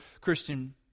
Christian